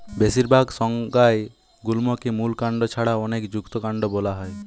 বেশিরভাগ সংজ্ঞায় গুল্মকে মূল কাণ্ড ছাড়া অনেকে যুক্তকান্ড বোলা হয়